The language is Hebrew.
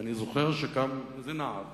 ואני זוכר שקם נער